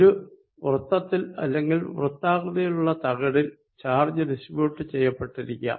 ഒരു വൃത്തത്തിൽ അല്ലെങ്കിൽ വൃത്താകൃതിയിലുള്ള തകിടിൽ ചാർജ് ഡിസ്ട്രിബ്യുട്ട് ചെയ്യപ്പെട്ടിരിക്കാം